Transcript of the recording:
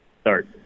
start